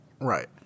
Right